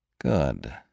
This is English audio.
Good